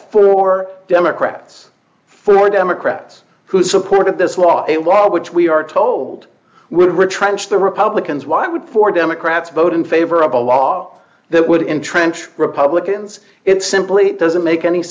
four democrats four democrats who supported this law it was which we are told will retrench the republicans why would four democrats vote in favor of a law that would intrench republicans it simply doesn't make any